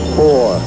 four